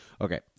okay